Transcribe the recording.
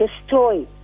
destroy